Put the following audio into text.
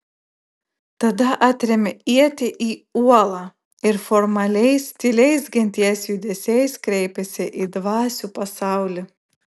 tada atrėmė ietį į uolą ir formaliais tyliais genties judesiais kreipėsi į dvasių pasaulį